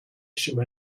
issue